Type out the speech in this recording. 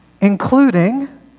including